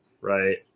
right